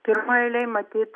pirmoj eilėj matyt ta